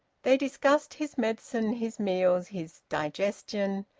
they discussed his medicine, his meals, his digestion,